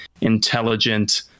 intelligent